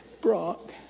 Brock